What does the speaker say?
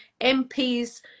MPs